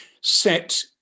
set